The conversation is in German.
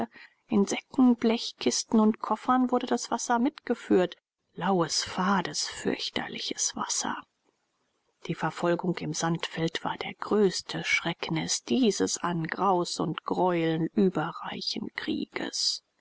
in säcken blechkisten und koffern wurde das wasser mitgeführt laues fades fürchterliches wasser die verfolgung im sandfeld war das größte schrecknis dieses an graus und greueln überreichen krieges